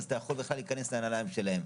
אתה יכול בכלל להיכנס לנעליים שלהם,